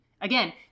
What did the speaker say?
Again